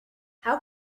how